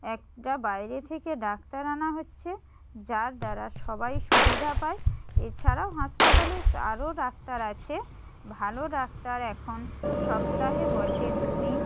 একটা বাইরে থেকে ডাক্তার আনা হচ্ছে যার দ্বারা সবাই সুবিধা পায় এছাড়াও হাসপাতালে আরো ডাক্তার আছে ভালো ডাক্তার এখন সপ্তাহে বসে দু দিন